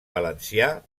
valencià